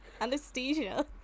anesthesia